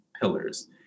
pillars